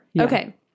okay